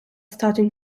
starting